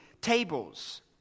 tables